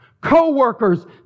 Coworkers